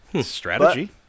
strategy